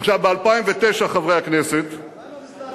עכשיו, ב-2009, חברי הכנסת, מה עם המזל"ט, אדוני?